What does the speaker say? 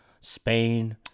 Spain